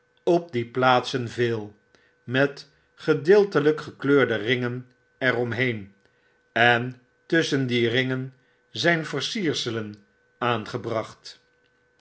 op die plaatsen veel met gedeeltelijk gekleurde ringen er om heen en tusschen die ringen zijn versierselen aangebracht